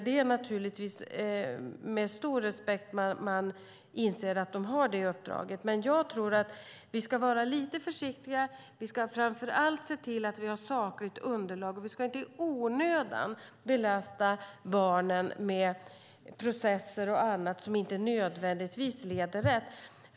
Det är naturligtvis med stor respekt som man inser att socialnämnden har det uppdraget. Jag tror att vi ska vara lite försiktiga. Vi ska framför allt se till att vi har sakligt underlag, och vi ska inte i onödan belasta barnen med processer och annat som inte nödvändigtvis leder rätt.